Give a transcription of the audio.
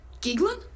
Giggling